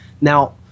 Now